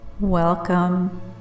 welcome